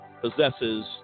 possesses